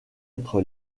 être